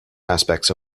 aspects